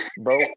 bro